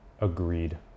Agreed